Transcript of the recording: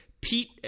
Pete